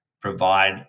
provide